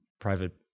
private